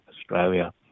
Australia